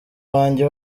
banjye